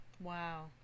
Wow